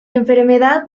enfermedad